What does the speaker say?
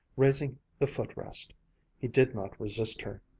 raising the foot-rest. he did not resist her.